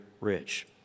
rich